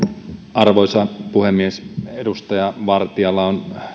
arvoisa puhemies edustaja vartialla on